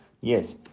yes